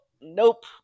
Nope